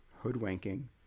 hoodwinking